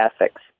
ethics